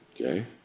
Okay